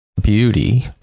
beauty